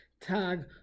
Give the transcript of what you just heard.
tag